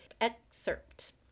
excerpt